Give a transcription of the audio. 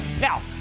Now